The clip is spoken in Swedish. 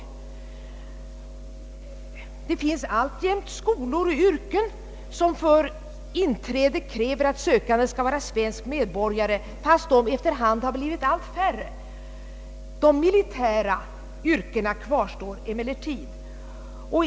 Det finns alltjämt skolor och yrken, som för inträde kräver att sökanden skall vara svensk medborgare, fastän detta blivit allt ovanligare. De militära yrkena kvarstår emellertid.